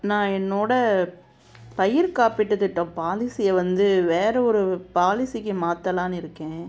நான் என்னோடய பயிர் காப்பீட்டு திட்டம் பாலிசியை வந்து வேறு ஒரு பாலிசிக்கு மாற்றலானு இருக்கேன்